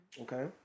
okay